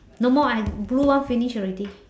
no more I blue one finish already